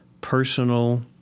personal